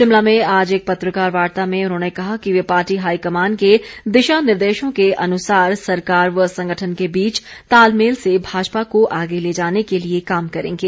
शिमला में आज एक पत्रकार वार्ता में उन्होंने कहा कि वे पार्टी हाईकमान के दिशा निर्देशों के अनुसार सरकार व संगठन के बीच तालमेल से भाजपा को आगे ले जाने के लिए काम करेंगे